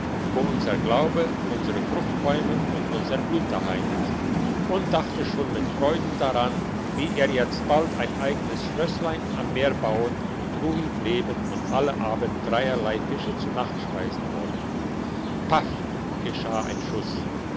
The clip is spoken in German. wo unser glaube unsere fruchtbäume und unser blut daheim ist und dachte schon mit freuden daran wie er jetzt bald ein eigenes schlösslein am meer bauen und ruhig leben und alle abend dreierlei fische zu nacht speisen wolle paff geschah ein schuss